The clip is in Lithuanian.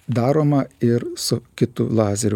daroma ir su kitu lazeriu